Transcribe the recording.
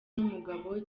n’umugabo